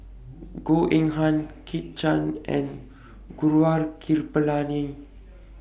Goh Eng Han Kit Chan and Gaurav Kripalani